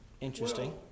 Interesting